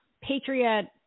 Patriot